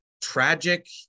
tragic